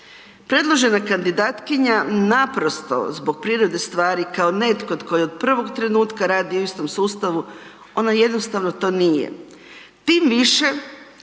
Predložena kandidatkinja naprosto zbog prirode stvari kao netko tko je od prvog trenutka radio u istom sustavu, ona jednostavno to nije.